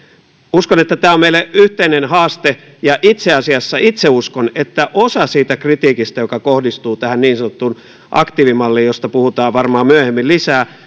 uskon että tämä on meille yhteinen haaste ja itse asiassa itse uskon että osa siitä kritiikistä joka kohdistuu tähän niin sanottuun aktiivimalliin josta puhutaan varmaan myöhemmin lisää